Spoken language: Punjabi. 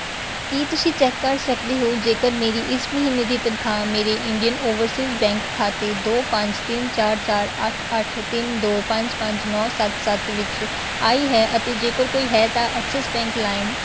ਕਿ ਤੁਸੀਂਂ ਚੈੱਕ ਕਰ ਸਕਦੇ ਹੋ ਜੇਕਰ ਮੇਰੀ ਇਸ ਮਹੀਨੇ ਦੀ ਤਨਖਾਹ ਮੇਰੇ ਇੰਡੀਅਨ ਓਵਰਸੀਜ਼ ਬੈਂਕ ਖਾਤੇ ਦੋ ਪੰਜ ਤਿੰਨ ਚਾਰ ਚਾਰ ਅੱਠ ਅੱਠ ਤਿੰਨ ਦੋ ਪੰਜ ਪੰਜ ਨੌਂ ਸੱਤ ਸੱਤ ਵਿੱਚ ਆਈ ਹੈ ਅਤੇ ਜੇਕਰ ਕੋਈ ਹੈ ਤਾਂ ਐਕਸਿਸ ਬੈਂਕ ਲਾਇਮ